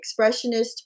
expressionist